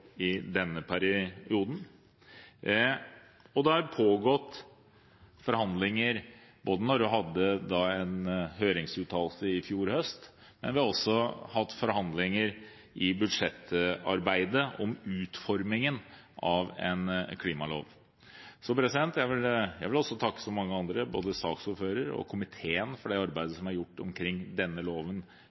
i denne perioden, og det har pågått forhandlinger – man hadde en høringsuttalelse i fjor høst – men vi har også hatt forhandlinger i budsjettarbeidet om utformingen av en klimalov. Så jeg vil takke, som mange andre, både saksordføreren og komiteen for det arbeidet som er gjort omkring denne loven